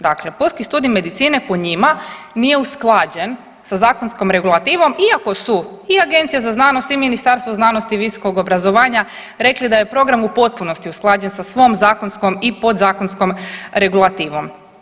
Dakle, Pulski studij medicine po njima nije usklađen sa zakonskom regulativom iako su i Agencija za znanost i Ministarstvo znanosti i visokog obrazovanja rekli da je program u potpunosti usklađen sa svom zakonskom i podzakonskom regulativom.